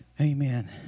Amen